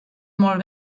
molt